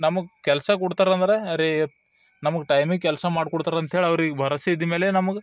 ನಮಗೆ ಕೆಲಸ ಕೊಡ್ತರ ಅಂದ್ರೆ ಅರೇ ನಮಗೆ ಟೈಮಿಗೆ ಕೆಲಸ ಮಾಡ್ಕೊಡ್ತರ ಅಂತ ಹೇಳಿ ಅವ್ರಿಗೆ ಭರವಸೆ ಇದ್ದ ಮೇಲೆ ನಮಗೆ